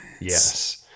yes